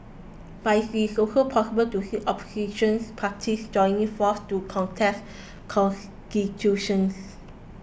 but it is also possible to see Opposition parties joining forces to contest constituencies